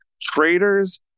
traders